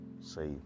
say